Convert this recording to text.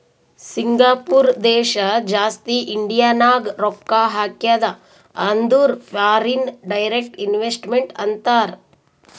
Singapore ದೇಶ ಜಾಸ್ತಿ ಇಂಡಿಯಾನಾಗ್ ರೊಕ್ಕಾ ಹಾಕ್ಯಾದ ಅಂದುರ್ ಫಾರಿನ್ ಡೈರೆಕ್ಟ್ ಇನ್ವೆಸ್ಟ್ಮೆಂಟ್ ಅಂತಾರ್